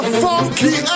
funky